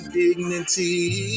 dignity